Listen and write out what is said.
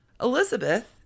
Elizabeth